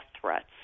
threats